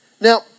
Now